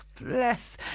bless